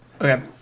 Okay